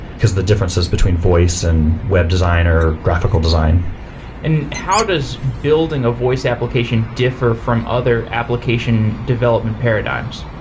because the differences between voice and web design, or graphical design and how does building a voice application differ from other application development paradigms?